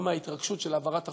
לא בהתרגשות של העברת החוק,